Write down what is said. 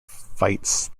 fights